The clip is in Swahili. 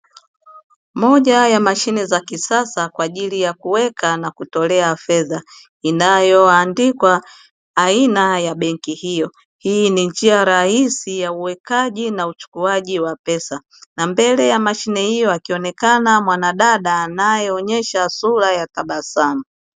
Moja ya mashine za kisasa, kwa ajili ya kuweka na kutoa fedha, inayoandikwa aina ya benki hiyo; hii ni njia rahisi ya uwekaji na uchukuaji wa pesa, na mbele ya mashine hiyo akionekana mwanadada anayeonyesha sura ya tabasamu.